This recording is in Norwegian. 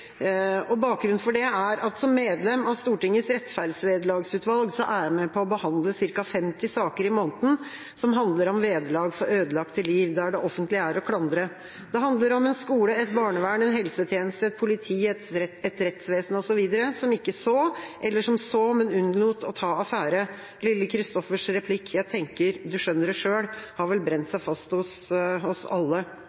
Bakgrunnen for det er at som medlem av Stortingets rettferdsvederlagsutvalg er jeg med på å behandle ca. 50 saker i måneden som handler om vederlag for ødelagte liv, der det offentlige er å klandre. Det handler om en skole, et barnevern, en helsetjeneste, et politi, et rettsvesen osv. som ikke så, eller som så, men unnlot å ta affære. Lille Christoffers replikk «Jeg tenker nok du skjønner det sjøl» har vel brent